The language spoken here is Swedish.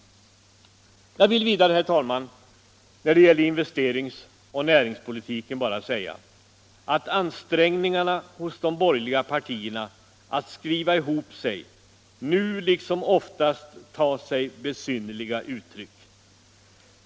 Jag vill vidare, herr talman, när det gäller investeringsoch näringspolitiken bara säga att ansträngningarna hos de borgerliga partierna att skriva ihop sig nu liksom oftast tar sig besynnerliga uttryck.